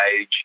age